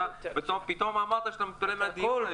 פתאום אמרת שאתה מתפלא על הדיון,